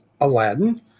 aladdin